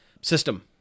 system